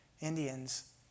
Indians